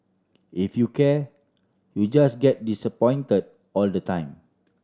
if you care you just get disappoint all the time